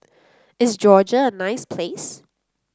is Georgia a nice place